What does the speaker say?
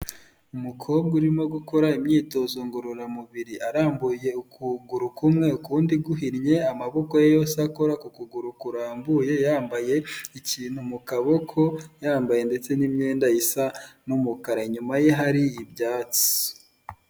Umukobwa urimo gukora imyitozo ngororamubiri arambuye ukuguru kumwe ukundi guhinnye amaboko ye yose akora ku kuguru kurambuye yambaye ikintu mu kaboko yambaye ndetse n'imyenda isa n'umukara, inyuma ye hari ibyatsi.